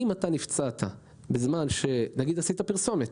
שאם אתה נפצעת בזמן שעשית פרסומת